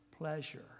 pleasure